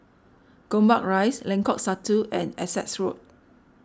Gombak Rise Lengkok Satu and Essex Road